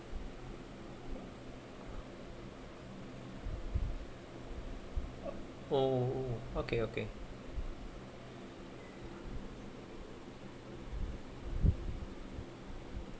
oh okay okay